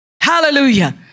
Hallelujah